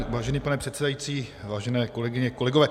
Vážený pane předsedající, vážené kolegyně, kolegové.